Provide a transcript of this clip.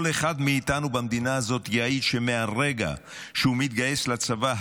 כל אחד מאיתנו במדינה הזאת יעיד שמהרגע שהוא מתגייס לצבא,